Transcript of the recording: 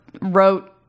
wrote